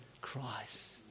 Christ